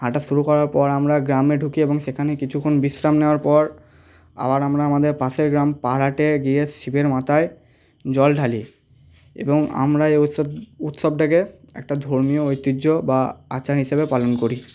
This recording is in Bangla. হাঁটা শুরু করার পর আমরা গ্রামে ঢুকি এবং সেখানে কিছুক্ষণ বিশ্রাম নেওয়ার পর আবার আমরা আমাদের পাশের গ্রাম গিয়ে শিবের মাথায় জল ঢালি এবং আমরা এই উৎসব উৎসবটাকে একটা ধর্মীয় ঐতিহ্য বা আচার হিসাবে পালন করি